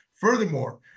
Furthermore